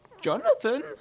Jonathan